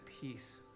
peace